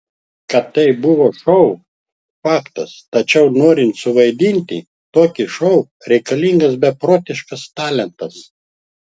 kad tai buvo šou faktas tačiau norint suvaidinti tokį šou reikalingas beprotiškas talentas